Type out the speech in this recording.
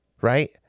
Right